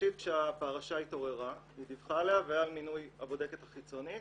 ראשית כשהפרשה התעוררה היא דיווחה עליה והיה מינוי הבודקת החיצונית.